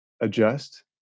adjust